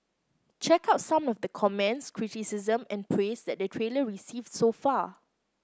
check out some of the comments criticism and praise that the trailer received so far